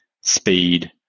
speed